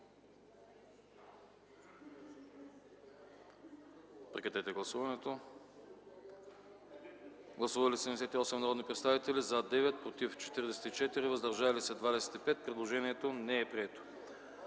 комисията не подкрепя. Гласували 78 народни представители: за 9, против 44, въздържали се 25. Предложението не е прието.